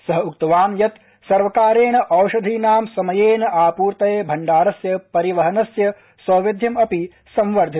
स उक्तवान् यत् सर्वकारेण औषधीनां समयेन आपूर्तये भण्डारस्य परिवहनस्य सौविध्यम् अपि संवर्धितम्